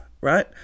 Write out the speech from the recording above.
right